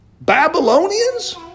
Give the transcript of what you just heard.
Babylonians